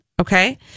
okay